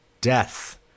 Death